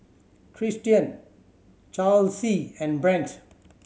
Tristian Charlsie and Brent